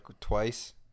twice